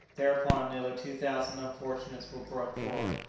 thereupon nearly two thousand unfortunates were brought forward,